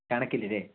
കണക്കിന് അല്ലേ